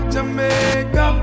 Jamaica